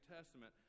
Testament